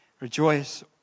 rejoice